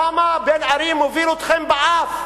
למה בן-ארי מוביל אתכם באף?